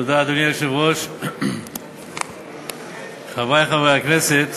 אדוני היושב-ראש, תודה, חברי חברי הכנסת,